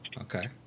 Okay